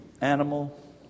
animal